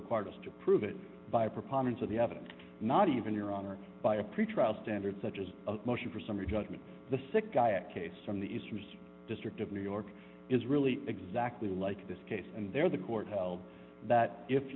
required us to prove it by a preponderance of the evidence not even your honor by a pretrial standard such as a motion for summary judgment the sick guy a case from the eastern district of new york is really exactly like this case and there are the court held that if